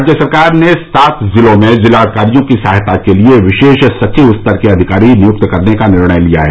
राज्य सरकार ने सात जिलों में जिलाधिकारियों की सहायता के लिए विशेष सचिव स्तर के अधिकारी नियुक्त करने का निर्णय लिया है